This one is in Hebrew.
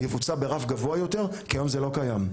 יבוצע ברף גבוה יותר כי היום זה לא קיים.